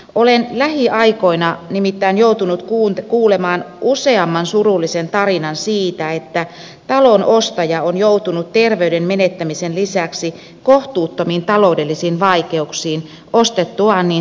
olen lähiaikoina nimittäin joutunut kuulemaan useamman surullisen tarinan siitä että talon ostaja on joutunut terveyden menettämisen lisäksi kohtuuttomiin taloudellisiin vaikeuksiin ostettuaan niin sanotun hometalon